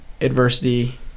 adversity